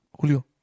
Julio